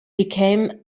became